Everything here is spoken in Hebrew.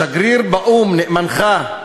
השגריר באו"ם, נאמנך,